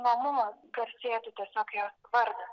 namo garsėtų tiesiog jie vardą